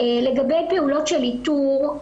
לגבי פעולות של איתור,